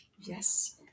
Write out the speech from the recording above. yes